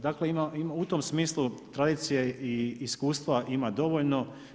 Dakle, u tom smislu, tradicije i iskustva ima dovoljno.